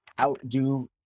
outdo